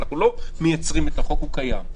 החוק קיים.